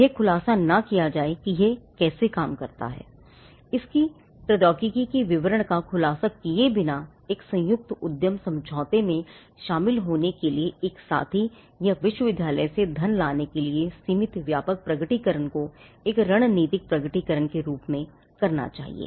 यह खुलासा ना किया जाए कि यह कैसे काम करता है और इसकी प्रोद्योगिकी के विवरण का खुलासा किए बिना एक संयुक्त उद्यम समझौते में शामिल होने के लिए एक साथी या विश्वविद्यालय से धन लाने के लिए सीमित व्यापक प्रकटीकरण को एक रणनीतिक प्रकटीकरण के रूप में करना चाहिए